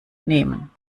nehmen